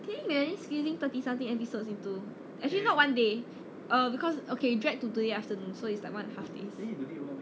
can you imagine squeezing thirty something episodes into actually not one day uh because okay dragged to two days afternoon so it's like one and a half days